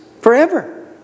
forever